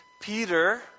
Peter